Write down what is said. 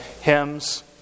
hymns